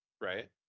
right